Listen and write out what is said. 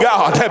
God